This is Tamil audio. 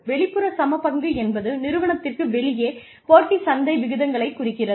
வெளிப்புற சமபங்கு என்பது நிறுவனத்திற்கு வெளியே போட்டி சந்தை விகிதங்களை குறிக்கிறது